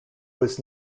was